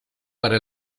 para